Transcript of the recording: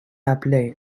appelé